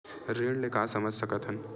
ऋण ले का समझ सकत हन?